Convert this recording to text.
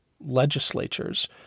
legislatures